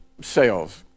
sales